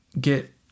get